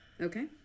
Okay